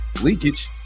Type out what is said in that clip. leakage